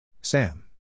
Sam